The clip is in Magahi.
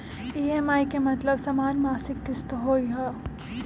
ई.एम.आई के मतलब समान मासिक किस्त होहई?